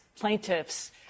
plaintiffs